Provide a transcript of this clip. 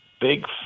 big